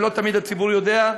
ולא תמיד הציבור יודע,